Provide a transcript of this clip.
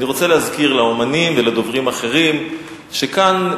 אני רוצה להזכיר לאמנים ולדוברים אחרים שכאן,